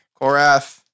Korath